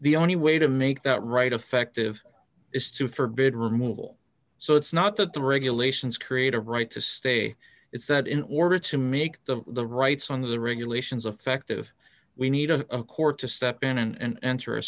the only way to make that right effective is to forbid removal so it's not that the regulations create a right to stay it's that in order to make the the rights on the regulations affective we need a court to step in and enter a